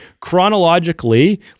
chronologically